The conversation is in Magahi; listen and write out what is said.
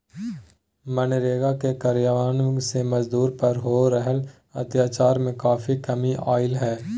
मनरेगा के कार्यान्वन से मजदूर पर हो रहल अत्याचार में काफी कमी अईले हें